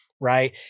Right